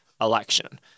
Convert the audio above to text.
election